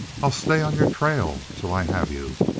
i'll stay on your trail till i have you.